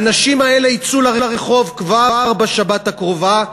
האנשים האלה יצאו לרחוב כבר בשבת הקרובה,